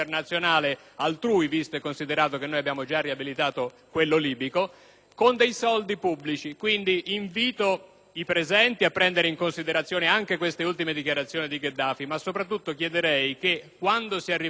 i presenti a prendere in considerazione anche queste ultime dichiarazioni di Gheddafi, ma soprattutto chiedo che, quando si arriverà al dibattito in Aula, ci sia grande pubblicità, pari a quella che è stata data oggi al provvedimento sul federalismo